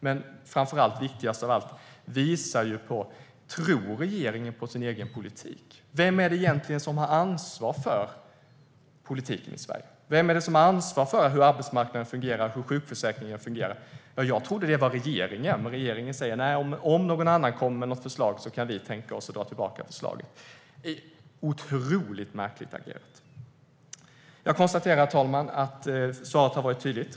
Men viktigast av allt: Jag undrar om regeringen tror på sin egen politik. Vem har egentligen ansvar för politiken i Sverige? Vem har ansvar för hur arbetsmarknaden och sjukförsäkringen fungerar? Jag trodde att det var regeringen, men regeringen säger att om någon annan lägger fram ett förslag kan regeringen tänka sig att dra tillbaka förslaget. Det är otroligt märkligt agerat. Jag konstaterar, herr talman, att svaret har varit tydligt.